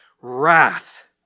wrath